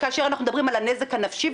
כאשר אנחנו מדברים על הנזק הנפשי,